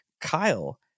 Kyle